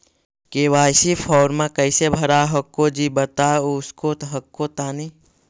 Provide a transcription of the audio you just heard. KYC फॉर्मा कैसे भरा हको जी बता उसको हको तानी?